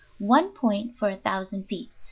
one point for a thousand feet.